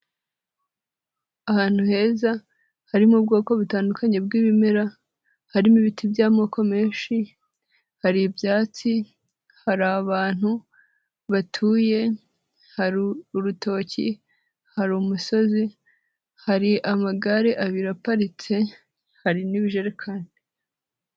Ahantu heza harimo ubwoko butandukanye bw'ibimera harimo ibiti by'amoko menshi, hari ibyatsi, hari abantu batuye, hari urutoki, hari umusozi, hari amagare abiri aparitse. hari n'ibijerekani.